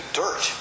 dirt